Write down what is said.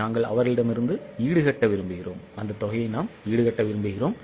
நாங்கள் அவர்களிடமிருந்து ஈடுகட்ட விரும்புகிறோம்